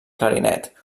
clarinet